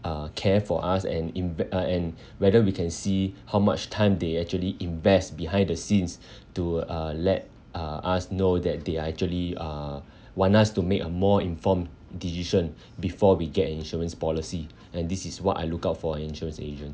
uh care for us and inve~ uh and whether we can see how much time they actually invest behind the scenes to uh let uh us know that they are actually uh want us to make a more informed decision before we get an insurance policy and this is what I look out for in insurance agent